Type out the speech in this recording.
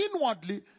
inwardly